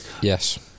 yes